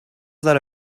داره